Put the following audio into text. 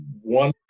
one